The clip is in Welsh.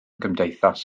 gymdeithas